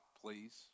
please